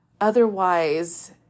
Otherwise